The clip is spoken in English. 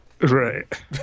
Right